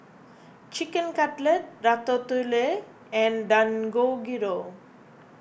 Chicken Cutlet Ratatouille and Dangojiru